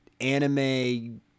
anime